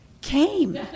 came